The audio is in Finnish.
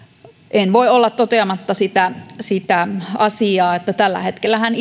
en voi olla toteamatta sitä sitä asiaa että tällä hetkellähän